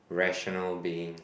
rational being